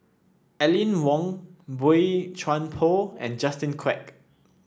Aline Wong Boey Chuan Poh and Justin Quek